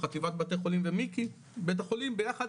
חטיבת בתי חולים ומיקי בית החולים ביחד